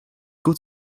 gut